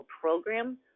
program